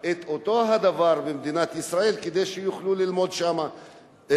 את אותו הדבר במדינת ישראל, כדי שיוכלו ללמוד פה.